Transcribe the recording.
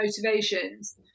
motivations